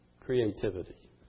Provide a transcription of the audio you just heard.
creativity